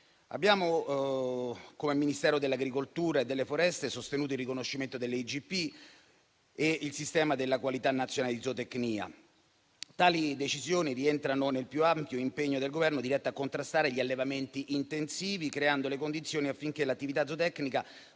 della sovranità alimentare e delle foreste, abbiamo sostenuto il riconoscimento delle IGP e il sistema della qualità nazionale di zootecnia. Tali decisioni rientrano nel più ampio impegno del Governo diretto a contrastare gli allevamenti intensivi, creando le condizioni affinché l'attività zootecnica